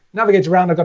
navigate around. but